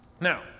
Now